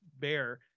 bear